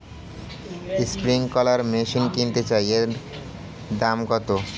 Sprinkler machine কিনতে চাই এর দাম কত?